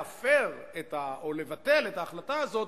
הרי כדי להפר או לבטל את ההחלטה הזאת